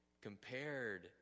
Compared